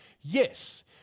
yes